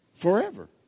Forever